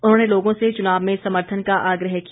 उन्होंने लोगों से चुनाव में समर्थन का आग्रह किया